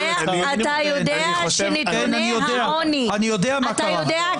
--- אני יודע מה קרה.